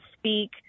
speak